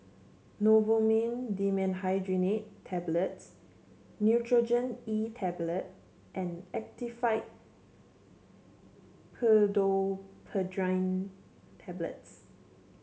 Novomin Dimenhydrinate Tablets Nurogen E Tablet and Actifed Pseudoephedrine Tablets